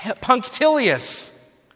punctilious